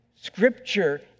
scripture